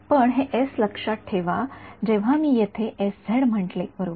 पण हे एस लक्षात ठेवा जेव्हा मी येथे म्हंटले बरोबर